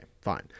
fine